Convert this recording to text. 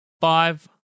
five